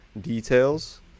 details